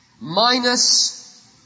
minus